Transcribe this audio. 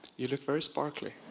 you look very sparkly.